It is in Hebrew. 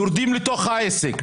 יורדים לתוך העסק,